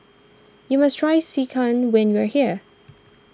you must try Sekihan when you are here